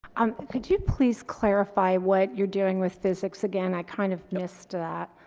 um could you please clarify what you're doing with physics again, i kind of missed that,